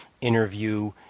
interview